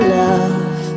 love